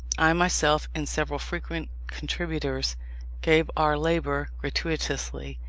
i myself and several frequent contributors gave our labour gratuitously,